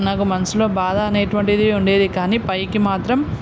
నాకు మనసులో బాధ అనేటటువంటిది ఉండేది కానీ పైకి మాత్రం